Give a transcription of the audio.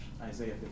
Isaiah